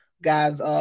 Guys